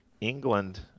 england